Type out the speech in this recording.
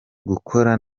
gukora